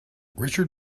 richard